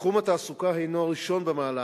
תחום התעסוקה הוא הראשון במעלה